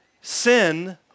Sin